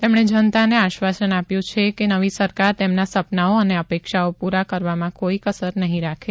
તેમણે જનતાને આશ્વાસન આપ્યું કે નવી સરકાર તેમના સપનાંઓ અને અપેક્ષાઓ પુરા કરવામાં કોઈ કસર નહી રાખે